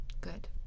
good